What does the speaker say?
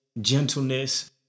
gentleness